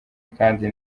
kandi